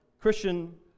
Christian